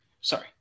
sorry